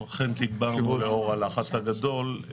אכן תגברנו לאור הלחץ הגדול.